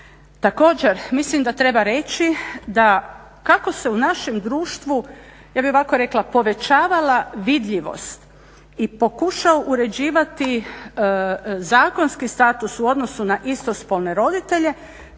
Također mislim da treba reći da kako se u našem društvu, ja bih ovako rekla povećavala vidljivost i pokušao uređivati zakonski status u odnosu na istospolne roditelje